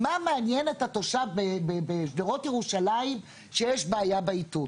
מה מעניין את התושב בשדרות ירושלים שיש בעיה באיתות.